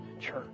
church